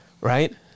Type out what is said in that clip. Right